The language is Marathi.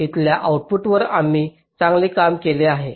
इथल्या आऊटपुटवर तुम्ही चांगले काम केले आहे